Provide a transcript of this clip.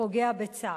פוגע בצה"ל.